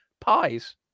pies